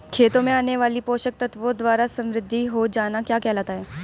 खेतों में आने वाले पोषक तत्वों द्वारा समृद्धि हो जाना क्या कहलाता है?